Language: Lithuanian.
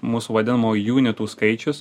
mūsų vadinamųjų junitų skaičius